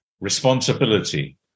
responsibility